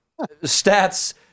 Stats